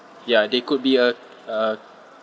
ya they could be a uh